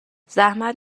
زحمت